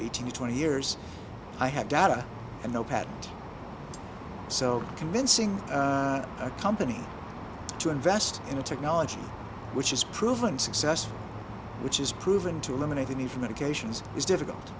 eighteen to twenty years i have data and no patent so convincing a company to invest in a technology which is proven successful which is proven to eliminate the need for medications is difficult